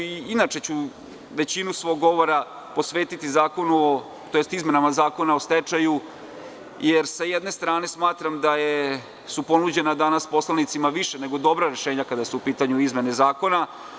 Inače ću većinu svog govora posvetiti izmenama Zakona o stečaju, jer sa jedne strane smatram da su ponuđena danas poslanicima više nego dobra rešenja kada su u pitanju izmene zakona.